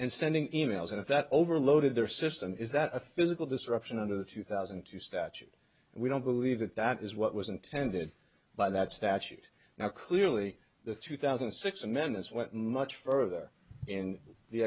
and sending emails and if that overloaded their system is that a physical disruption of the two thousand and two statute and we don't believe that that is what was intended by that statute now clearly the two thousand and six amendments went much further in the